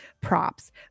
props